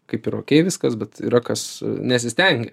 kaip ir okei viskas bet yra kas nesistengia